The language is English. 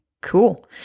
Cool